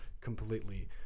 completely